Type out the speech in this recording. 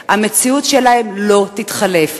יתחלף, המציאות שלהם לא תתחלף.